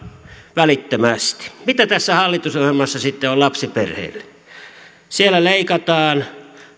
välittömästi mitä tässä hallitusohjelmassa sitten on lapsiperheille siellä leikataan